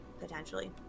Potentially